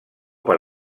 per